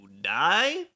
die